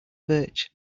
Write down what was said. birch